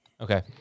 Okay